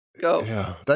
go